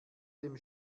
dem